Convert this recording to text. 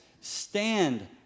Stand